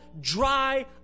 dry